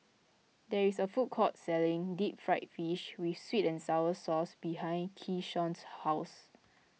there is a food court selling Deep Fried Fish with Sweet and Sour Sauce behind Keshawn's house